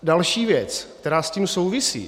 Další věc, která s tím souvisí.